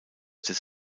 des